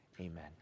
amen